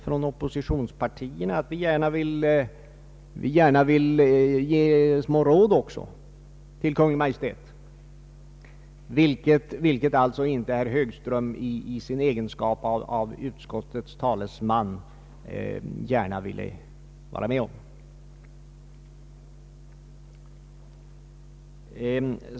Från oppositionspartierna har vi emellertid den meningen att vi nog vill ge Kungl. Maj:t små råd, vilket herr Högström i egenskap av utskottets talesman inte gärna vill vara med om.